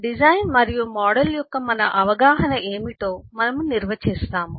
design మరియు model యొక్క మన అవగాహన ఏమిటో మనము నిర్వచిస్తాము